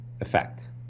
effect